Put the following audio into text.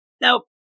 Nope